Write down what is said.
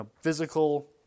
physical